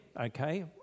okay